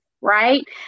right